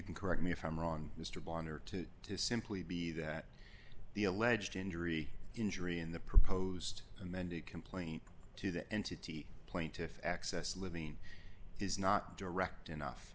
can correct me if i'm wrong mr bonner to to simply be that the alleged injury injury in the proposed amended complaint to the entity plaintiff's access limine is not direct enough